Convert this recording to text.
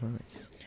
Nice